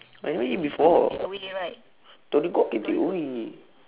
I never eat before torigo can takeaway